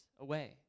away